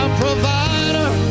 provider